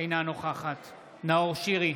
אינה נוכחת נאור שירי,